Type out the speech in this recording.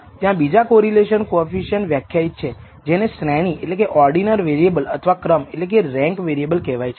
ત્યાં બીજા correlation coefficient વ્યાખ્યાયિત છે જેને શ્રેણી વેરીએબલ અથવા ક્રમ વેરીએબલ કહેવાય છે